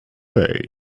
day